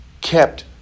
kept